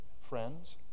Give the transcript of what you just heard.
friends